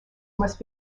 must